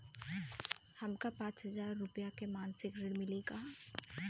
हमका पांच हज़ार रूपया के मासिक ऋण मिली का?